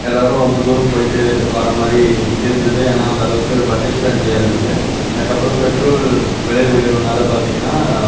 எல்லாேரும் ரொம்ப தூரம் போய்விட்டு வர மாதிரி இருந்தது ஏன்னால் அந்த அளவுக்கு பட்ஜெட் பிரண்ட்லியாக இருந்தது அதுக்கு அப்புறம் பெட்ரோல் விலை உயர்வுனால் பார்த்தீங்கன்னா